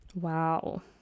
wow